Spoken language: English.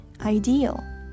ideal